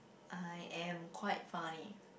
I am quite funny